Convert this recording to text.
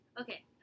Okay